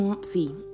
See